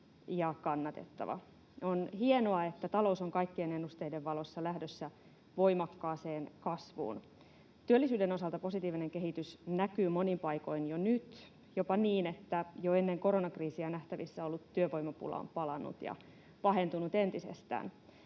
ja kannatettava. On hienoa, että talous on kaikkien ennusteiden valossa lähdössä voimakkaaseen kasvuun. Työllisyyden osalta positiivinen kehitys näkyy monin paikoin jo nyt, jopa niin, että jo ennen koronakriisiä nähtävissä ollut työvoimapula on palannut ja pahentunut entisestään.